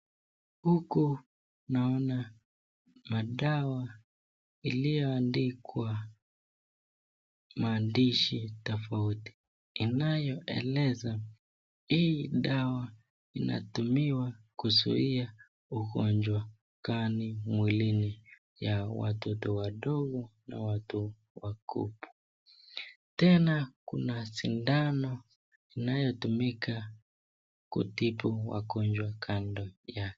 Huku naona madawa iliyoandikwa maandishi tofauti, inayoeleza hii dawa inatumiwa kuzuia ugonjwa gani mwilini, ya watoto wadogo na watu wakubwa. Tena, kuna sindano inayotumika kutibu wagonjwa kando yake.